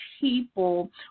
people